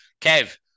Kev